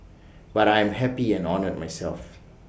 but I'm happy and honoured myself